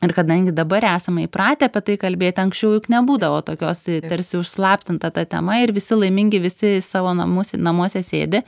ir kadangi dabar esame įpratę apie tai kalbėti anksčiau juk nebūdavo tokios tarsi užslaptinta ta tema ir visi laimingi visi savo namus namuose sėdi